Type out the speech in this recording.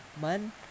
man